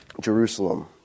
Jerusalem